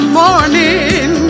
morning